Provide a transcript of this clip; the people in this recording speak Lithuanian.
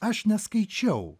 aš neskaičiau